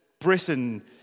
Britain